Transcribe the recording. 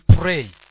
pray